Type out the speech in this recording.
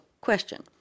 question